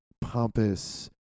pompous